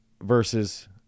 versus